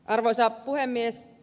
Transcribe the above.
arvoisa puhemies